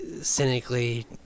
cynically